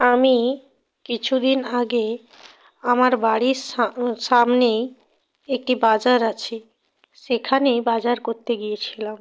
আমি কিছু দিন আগে আমার বাড়ির সামনেই একটি বাজার আছে সেখানে বাজার করতে গিয়েছিলাম